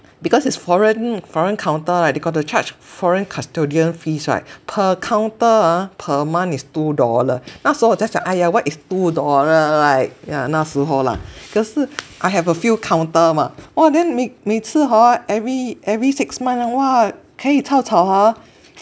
because it's foreign foreign counter right they got to charge foreign custodian fees right per counter ah per month is two dollar 那时候我在想 !aiya! what is two dollar right yeah 那时候啦可是 I have a few counter mah !wah! then 每每次 hor every every six month !wah! 可以 caocao ha